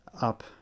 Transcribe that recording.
up